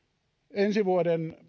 ensi vuoden